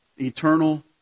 Eternal